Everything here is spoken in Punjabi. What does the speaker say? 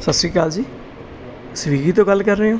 ਸਤਿ ਸ਼੍ਰੀ ਅਕਾਲ ਜੀ ਸਵੀਗੀ ਤੋਂ ਗੱਲ ਕਰ ਰਹੇ ਹੋ